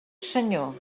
senyor